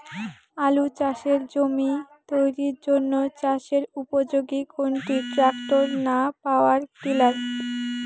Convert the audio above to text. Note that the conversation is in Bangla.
আলু চাষের জমি তৈরির জন্য চাষের উপযোগী কোনটি ট্রাক্টর না পাওয়ার টিলার?